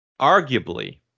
arguably